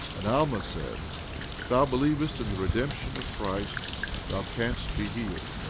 and alma said if thou believest in the redemption of christ thou canst be healed.